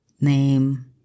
name